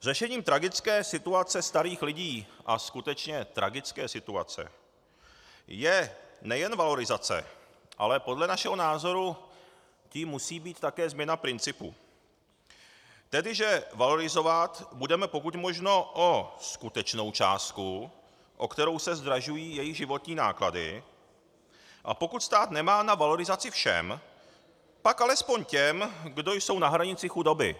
Řešením tragické situace starých lidí, a skutečně tragické situace, je nejen valorizace, ale podle našeho názoru jím musí být také změna principů, tedy že valorizovat budeme pokud možno o skutečnou částku, o kterou se zdražují jejich životní náklady, a pokud stát nemá na valorizaci všem, tak alespoň těm, kdo jsou na hranici chudoby.